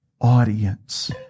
audience